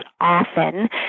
often